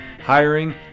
hiring